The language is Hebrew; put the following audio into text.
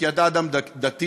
כי אתה אדם דתי,